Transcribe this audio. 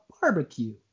barbecue